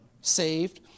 saved